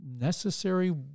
necessary